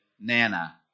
Nana